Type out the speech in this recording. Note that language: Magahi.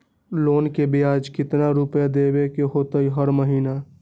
लोन के ब्याज कितना रुपैया देबे के होतइ हर महिना?